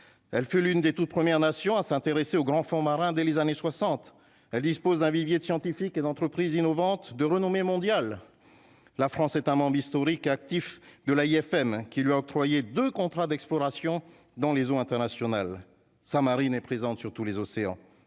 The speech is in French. elle fut l'une des toutes premières nations à s'intéresser aux grands fonds marins dès les années 60, elle dispose d'un vivier de scientifiques et d'entreprises innovantes de renommée mondiale, la France est un membre historique actif de la IFM qui lui a octroyé 2 contrats d'exploration dans les eaux internationales, ça Marine elle présente sur tous les océans,